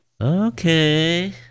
okay